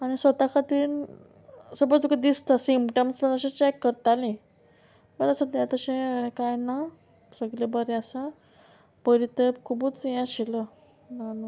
आनी स्वता खातीर सपोज तुका दिसता सिमटम्स बी तशें चॅक करतालीं पूण सद्द्यां तशें कांय ना सगलें बरें आसा पयलीं तेंप खुबूच हें आशिल्लो ना न्हू